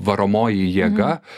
varomoji jėga